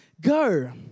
go